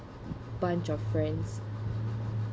bunch of friends